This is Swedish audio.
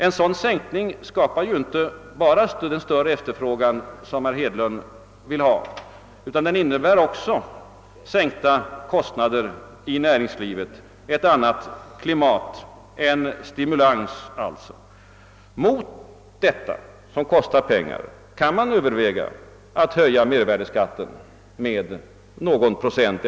En sådan sänkning skapar ju inte bara större efterfrågan, vilket herr Hedlund vill ha, utan den leder också till sänkta kostnader i näringslivet och till ett annat löneoch förhandlingspolitiskt klimat samt en stimulans till nya insatser. Mot detta som kostar pengar kan man t.ex. överväga att höja mervärdeskatten med någon procent.